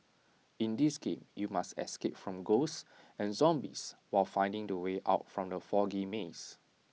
in this game you must escape from ghosts and zombies while finding the way out from the foggy maze